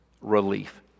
relief